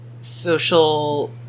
social